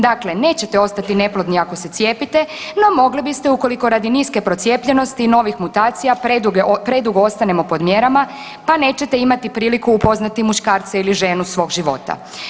Dakle, nećete ostati neplodni ako se cijepiti, no mogli biste ukoliko radi niske procijepljenosti i novih mutacija predugo ostanemo pod mjerama pa nećete imati priliku upoznati muškarca ili ženu svog života.